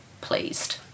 pleased